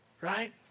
Right